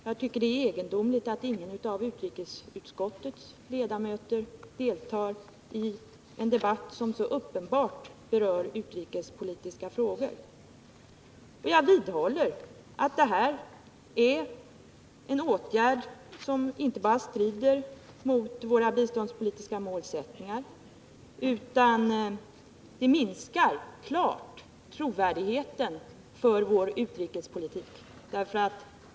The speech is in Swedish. Jag tycker det är egendomligt att ingen av utrikesutskottets ledamöter deltar i en debatt som så uppenbart berör utrikespolitiska frågor. Jag vidhåller att detta är en åtgärd som inte bara strider mot våra biståndspolitiska målsättningar, utan den minskar klart trovärdigheten för vår utrikespolitik.